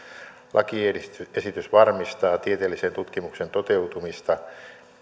lakiesitys varmistaa tieteellisen tutkimuksen toteutumista